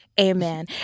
Amen